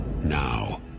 Now